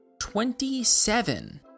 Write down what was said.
Twenty-seven